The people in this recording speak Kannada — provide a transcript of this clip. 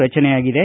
ರಚನೆಯಾಗಿದೆ